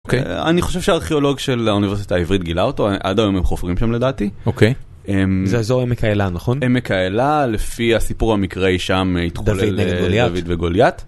אני חושב שהארכיאולוג של האוניברסיטה העברית גילה אותו, עד היום הם חופרים שם לדעתי. אוקיי, זה איזור עמק האלה נכון? עמק האלה, לפי הסיפור המקראי שם - דוד נגד גוליית - דוד וגוליית